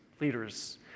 leaders